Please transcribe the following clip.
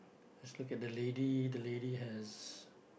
let's look at the lady the lady has